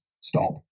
stop